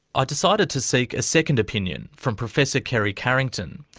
ah decided to seek a second opinion from professor kerry carrington.